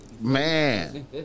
Man